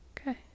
Okay